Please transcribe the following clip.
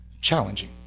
challenging